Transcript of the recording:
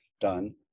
done